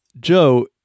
Joe